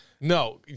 No